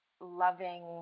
loving